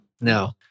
no